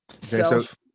Self